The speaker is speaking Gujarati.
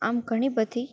આમ ઘણી બધી